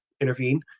intervene